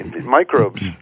Microbes